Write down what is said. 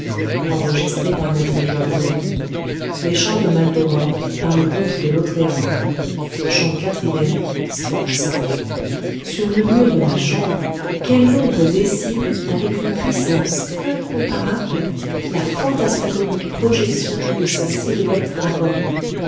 tombe sur le mur de ma chambre quelle ombre dessine avec une puissance incomparable la fantasmagorique projection de sa silhouette racornie